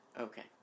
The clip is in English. Okay